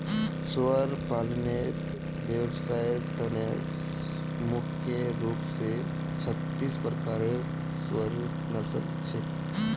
सुअर पालनेर व्यवसायर त न मुख्य रूप स छत्तीस प्रकारेर सुअरेर नस्ल छेक